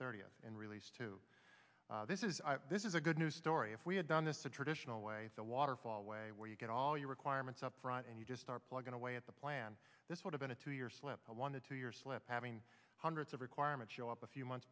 thirtieth and released to this is this is a good news story if we had done this a traditional way a waterfall way where you get all your requirements up front and you just are plugging away at the plan this would have been a two year slip one to two your slip having hundreds of requirement show up a few months